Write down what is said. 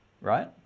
right